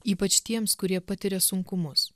ypač tiems kurie patiria sunkumus